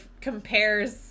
compares